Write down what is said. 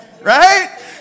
right